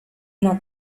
una